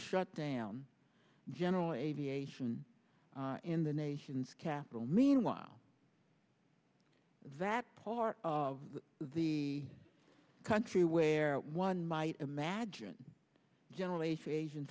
shut down general aviation in the nation's capital meanwhile that part of the country where one might imagine general avia